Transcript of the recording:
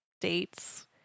dates